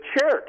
Church